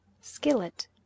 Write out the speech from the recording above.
skillet